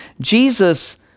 Jesus